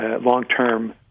long-term